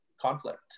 conflict